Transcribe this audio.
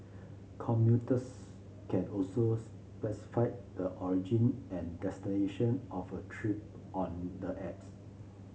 commuters can also specify the origin and destination of a trip on the apps